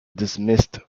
dismissed